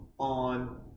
on